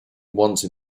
once